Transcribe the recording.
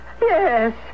yes